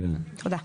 תודה.